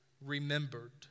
remembered